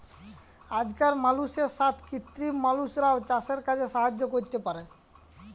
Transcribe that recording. আজকাল মালুষের সাথ কৃত্রিম মালুষরাও চাসের কাজে সাহায্য ক্যরতে পারে